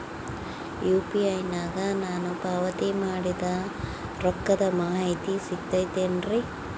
UPI ನಾಗ ನಾನು ಪಾವತಿ ಮಾಡಿದ ರೊಕ್ಕದ ಮಾಹಿತಿ ಸಿಗುತೈತೇನ್ರಿ?